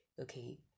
Okay